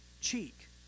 cheek